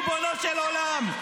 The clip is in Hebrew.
ריבונו של עולם.